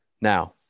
Now